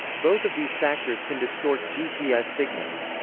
both of these factors can distort gps signals.